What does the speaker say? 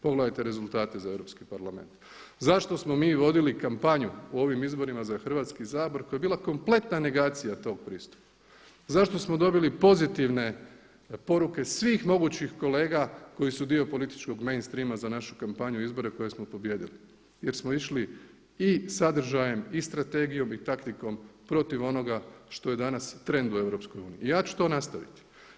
Pogledajte rezultate za Europski parlament, zašto smo mi vodili kampanju u ovim izborima za Hrvatski sabor koja je bila kompletna negacija tom pristupu, zašto smo dobili pozitivne poruke svih mogućih kolega koji su dio političkog mainstreama za našu kampanju i izbore koje smo pobijedili jer smo išli i sadržajem i strategijom i taktikom protiv onoga što je danas trend u EU i ja ću to nastaviti.